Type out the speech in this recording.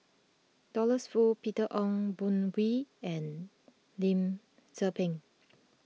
Douglas Foo Peter Ong Boon Kwee and Lim Tze Peng